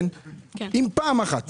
אם פעם אחת